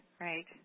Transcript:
right